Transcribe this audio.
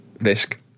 risk